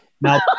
Now